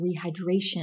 rehydration